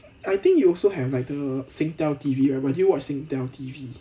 I think you also have like the Singtel T_V right do you watch Singtel T_V